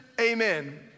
amen